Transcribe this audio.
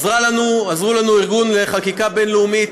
עזרו לנו מארגון חקיקה בין-לאומית,